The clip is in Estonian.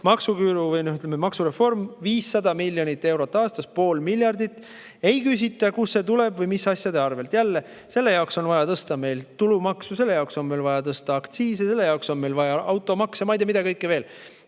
maksureformile [kulub] 500 miljonit eurot aastas, pool miljardit. Ei küsita, kust see tuleb või mis asjade arvelt. Jälle, selle jaoks on vaja tõsta meil tulumaksu, selle jaoks on vaja tõsta aktsiise, selle jaoks on meil vaja automaksu ja ma ei tea, mida kõike veel.